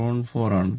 414 ആണ്